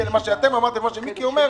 אל מה שאתם אמרתם ומה שמיקי לוי אומר.